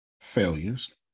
failures